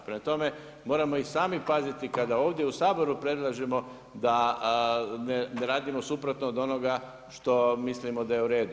Prema tome, moramo i sami paziti kada ovdje u Saboru predlažemo da ne radimo suprotno od onoga što mislimo da je u redu.